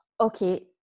okay